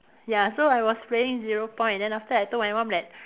ya so I was playing zero point then after that I told my mum that